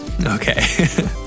Okay